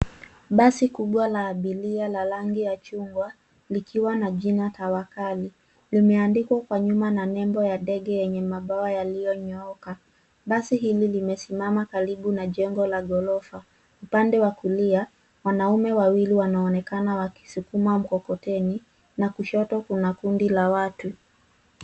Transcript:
Basi kubwa la abiria la rangi ya chungwa likiwa na jina Tawakal , limeandikwa kwa nyuma na nembo ya ndege ya mabawa yaliyonyooka, basi hili limesimama karibu na jengo la ghorofa, upande wa kulia wanaume wawili wanaonekana wakisukuma mkokoteni na kushoto kuna kundi la watu.